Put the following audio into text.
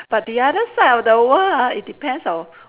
but the other side of the world ah it depends on